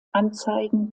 anzeigen